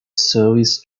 service